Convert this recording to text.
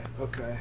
okay